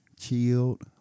Chilled